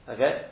Okay